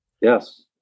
Yes